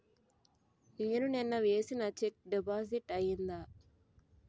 నేను నిన్న వేసిన చెక్ డిపాజిట్ అయిందా?